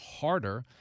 harder